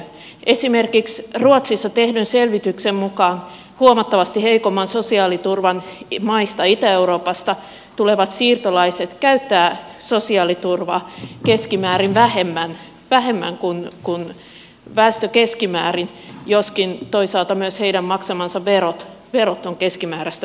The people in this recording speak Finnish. esimerkiksi ruotsissa tehdyn selvityksen mukaan huomattavasti heikomman sosiaaliturvan maista itä euroopasta tulevat siirtolaiset käyttävät sosiaaliturvaa keskimäärin vähemmän kuin väestö keskimäärin joskin toisaalta myös heidän maksamansa verot ovat keskimääräistä vähäisemmät